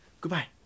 Goodbye